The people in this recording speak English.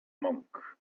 monk